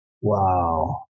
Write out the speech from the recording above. Wow